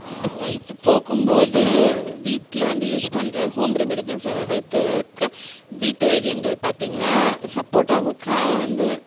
வயிற்றுப்போக்கும் போது வீட்டில் வந்து யூஸ் பண்ணுற ஹோம் ரெமிடின்னுதான் வைத்து வீட்டு வைத்தியங்கள் பார்த்திங்கன்னா சப்போட்டா காயை வந்து